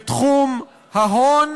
בתחום ההון,